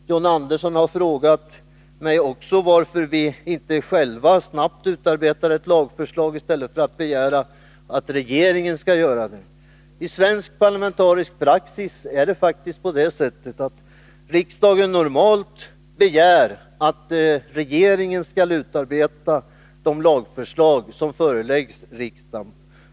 John Andersson har också frågat mig varför vi inte själva snabbt utarbetar ett lagförslag i stället för att begära att regeringen skall göra det. Men i svensk parlamentarisk praxis är det faktiskt på det sättet att riksdagen normalt begär att regeringen skall utarbeta de lagförslag som föreläggs riksdagen.